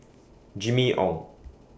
Jimmy Ong